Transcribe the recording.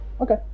Okay